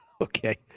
Okay